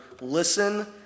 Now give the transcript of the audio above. listen